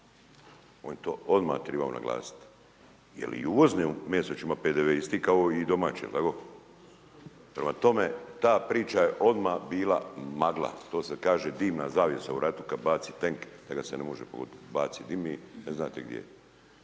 je to odmah trebao naglasiti jer i uvozno meso će imat PDV isti kao i domaće, jel tako? Prema tome, ta priča je odmah bila magla. To se kaže dimna zavjesa u ratu kad baci tenk da ga se ne može pogodit. Baci, dimi, ne znate gdje je.